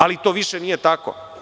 Ali, to više nije tako.